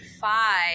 five